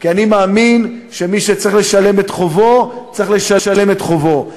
כי אני מאמין שמי שצריך לשלם את חובו צריך לשלם את חובו,